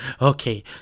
okay